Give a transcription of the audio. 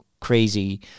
crazy